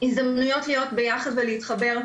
הזדמנויות להיות ביחד ולהתחבר,